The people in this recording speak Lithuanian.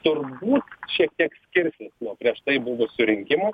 turbūt šiek tiek skirsis nuo prieš tai buvusių rinkimų